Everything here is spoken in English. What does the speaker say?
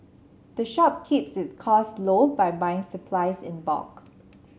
the shop keeps its costs low by buying its supplies in bulk